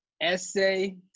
Essay